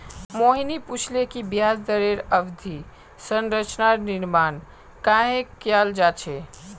मोहिनी पूछले कि ब्याज दरेर अवधि संरचनार निर्माण कँहे कियाल जा छे